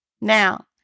Now